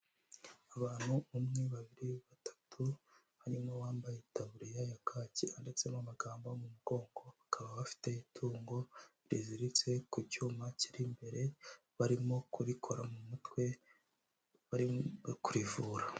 Abantu umwe ,babiri, batatu, harimo uwambaye itaburiya ya kaki yanditsemo amagambo mu mugongo, bakaba bafite itungo riziritse ku cyuma kiri imbere, barimo kurikora mu mutwe bari kurivura.